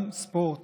ספורט